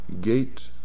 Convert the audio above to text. Gate